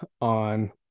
on